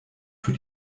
für